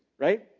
Right